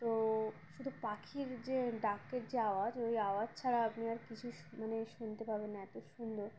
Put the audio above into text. তো শুধু পাখির যে ডাকের যে আওয়াজ ওই আওয়াজ ছাড়া আপনি আর কিছু মানে শুনতে পাবেন না এত সুন্দর